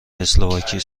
اسلواکی